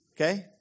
Okay